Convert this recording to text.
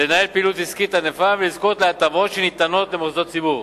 לנהל פעילות עסקית ענפה ולזכות להטבות שניתנות למוסדות ציבור,